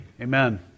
Amen